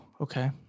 Okay